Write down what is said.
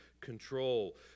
control